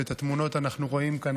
את התמונות אנחנו רואים כאן,